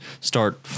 start